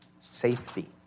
Safety